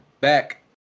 back